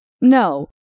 No